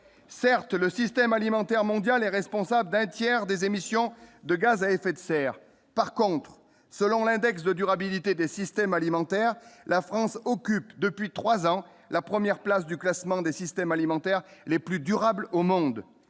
certes le système alimentaire mondial est responsable d'un tiers des émissions de gaz à effet de serre, par contre, selon l'index de durabilité des systèmes alimentaires, la France occupe depuis 3 ans, la 1ère place du classement des systèmes alimentaires les plus durable au monde,